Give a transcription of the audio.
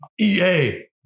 EA